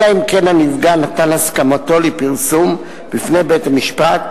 אלא אם כן הנפגע נתן הסכמתו לפרסום בפני בית-משפט,